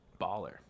baller